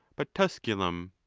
but tus culum.